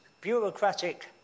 bureaucratic